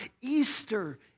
Easter